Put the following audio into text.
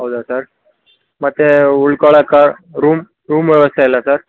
ಹೌದ ಸರ್ ಮತ್ತೆ ಉಳ್ಕೊಳಾಕೆ ರೂಮ್ ರೂಮ್ ವ್ಯವಸ್ಥೆ ಎಲ್ಲ ಸರ್